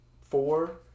Four